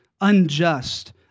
unjust